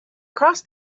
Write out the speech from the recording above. crossed